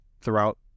throughout